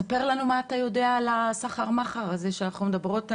ספר לנו מה אתה יודע על הסחר מכר שאנחנו מדברות עליו.